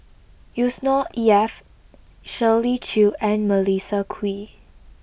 Yusnor E F Shirley Chew and Melissa Kwee